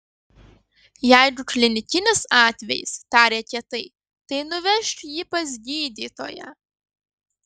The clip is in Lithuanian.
jeigu klinikinis atvejis tarė kietai tai nuvežk jį pas gydytoją